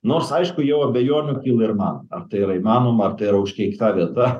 nors aišku jau abejonių kyla ir man ar tai yra įmanoma ar tai yra užkeikta vieta